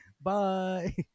bye